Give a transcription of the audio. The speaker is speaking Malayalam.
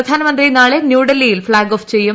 പ്രധാനമന്ത്രി നാള്ള് ന്യൂഡൽഹിയിൽ ഫ്ളാഗ് ഓഫ് ചെയ്യും